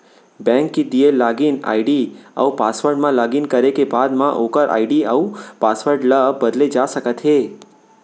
bank के दिए login ID अउ पासवर्ड म लॉगिन करे के बाद म ओकर आईडी अउ पासवर्ड ल बदले जा सकते हे